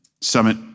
Summit